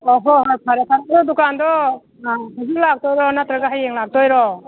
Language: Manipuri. ꯑꯣ ꯍꯣ ꯍꯣ ꯐꯔꯦ ꯐꯔꯦ ꯑꯗꯣ ꯗꯨꯀꯥꯟꯗꯣ ꯍꯧꯖꯤꯛ ꯂꯥꯛꯇꯣꯏꯔꯣ ꯅꯠꯇ꯭ꯔꯒ ꯍꯌꯦꯡ ꯂꯥꯛꯇꯣꯏꯔꯣ